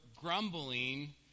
grumbling